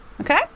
okay